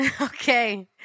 Okay